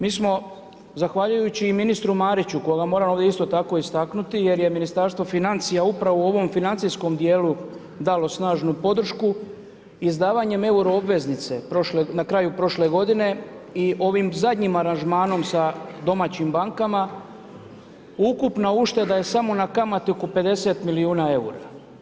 Mi smo zahvaljujući i ministru Mariću koga moram ovdje isto tako istaknuti jer je Ministarstvo financija upravo u ovom financijskom dijelu dalo snažnu podršku izdavanjem euro obveznice na kraju prošle godine i ovim zadnjim aranžmanom sa domaćim bankama ukupna ušteda je samo na kamati oko 50 milijuna eura.